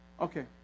Okay